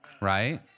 right